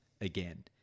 again